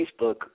Facebook